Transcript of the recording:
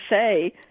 say